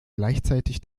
gleichzeitig